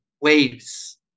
waves